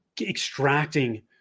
extracting